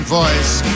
voice